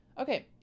Okay